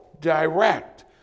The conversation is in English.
direct